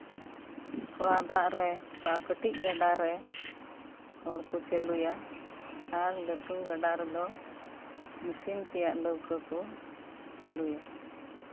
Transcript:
ᱛᱷᱚᱲᱟ ᱫᱟᱜ ᱨᱮ ᱵᱟ ᱠᱟᱹᱴᱤᱡ ᱜᱟᱰᱟ ᱨᱮ ᱦᱚᱲ ᱠᱚ ᱪᱟᱹᱞᱩᱭᱟ ᱟᱨ ᱞᱟᱹᱴᱩ ᱜᱟᱰᱟ ᱨᱮᱫᱚ ᱢᱤᱥᱤᱱ ᱛᱮᱭᱟᱜ ᱞᱟᱹᱣᱠᱟᱹ ᱠᱚ ᱪᱟᱹᱞᱩᱭᱟ